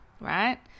right